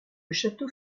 château